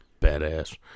badass